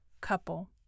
couple